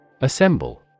Assemble